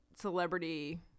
celebrity